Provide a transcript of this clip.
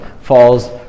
falls